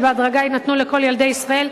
ובהדרגה יינתנו לכל ילדי ישראל.